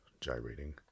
gyrating